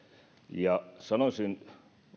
sanoisin